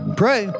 pray